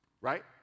Right